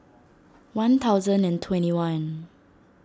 one thousand and twenty one